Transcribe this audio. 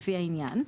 לפי העניין,